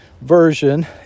version